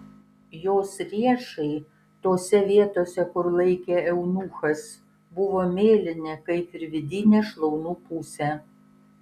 jos riešai tose vietose kur laikė eunuchas buvo mėlyni kaip ir vidinė šlaunų pusė